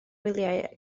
wyliau